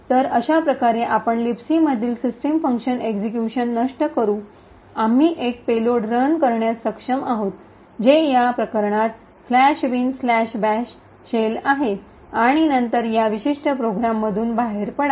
तर अशाप्रकारे आपण लिबसी मधील सिस्टीम फंक्शन एक्सिक्यूशन नष्ट करू आम्ही एक पेलोड रन करण्यास सक्षम आहोत जे या प्रकरणात " bin bash" शेल आहे आणि नंतर या विशिष्ट प्रोग्राममधून बाहेर पडा